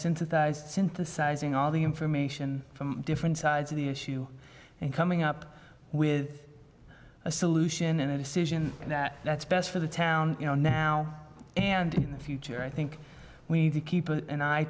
since synthesizing all the information from different sides of the issue and coming up with a solution in a decision that's best for the town you know now and in the future i think we need to keep an eye